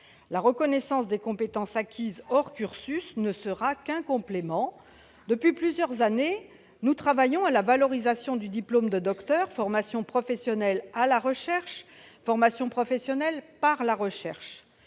La reconnaissance des compétences acquises hors cursus ne sera qu'un complément. Depuis plusieurs années, nous travaillons à la valorisation du diplôme de docteur, formation professionnelle à la recherche, formation professionnelle par la recherche.